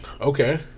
Okay